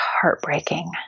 heartbreaking